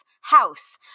house